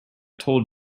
told